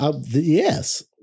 Yes